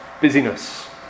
busyness